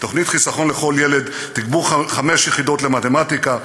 תוכנית "חיסכון לכל ילד"; תגבור חמש יחידות במתמטיקה,